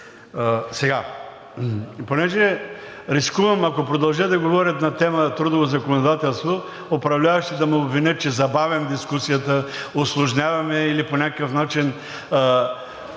теза. Понеже рискувам, ако продължа да говоря на тема трудово законодателство, управляващите да ме обвинят, че забавям дискусията, усложнявам я или по някакъв начин